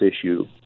issue